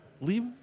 leave